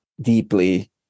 deeply